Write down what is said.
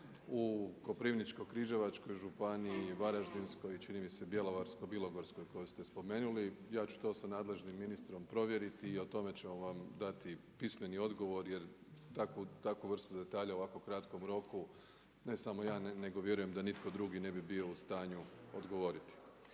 u Koprivničko-križevačkoj županiji, Varaždinskoj županiji i čini mi se Bjelovarsko-bilogorskoj koju ste spomenuli, ja ću to sa nadležnim ministrom provjeriti i o tome ćemo vam dati pismeni odgovor jer takvu vrstu detalja u ovako kratkom roku ne samo ja nego vjerujem da nitko drugi ne bi bio u stanju odgovoriti.